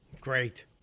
Great